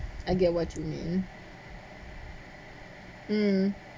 I get what you mean mm